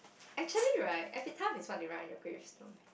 actually right epitaph is what they write on your gravestone